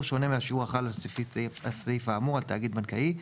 שונה מהשיעור החל לפי הסעיף האמור על תאגיד בנקאי,